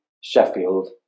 Sheffield